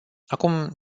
acum